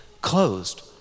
closed